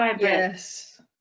Yes